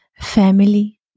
family